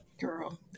Girl